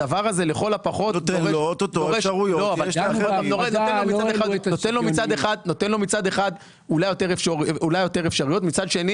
הדבר הזה לכל הפחות נותן לו מצד אחד אולי יותר אפשרויות ומצד שני